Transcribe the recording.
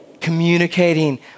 communicating